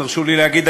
תרשו לי להגיד,